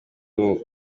buri